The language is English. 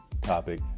topic